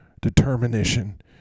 determination